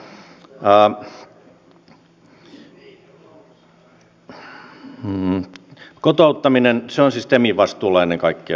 kotouttaminen on siis temin vastuulla ennen kaikkea